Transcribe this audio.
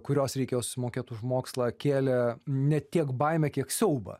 kurios reikėjo susimokėt už mokslą kėlė ne tiek baimę kiek siaubą